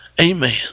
Amen